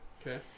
Okay